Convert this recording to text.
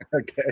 Okay